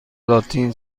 لاتین